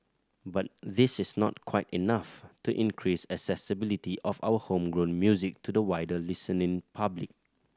but this is not quite enough to increase accessibility of our homegrown music to the wider listening public